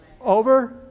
over